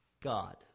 God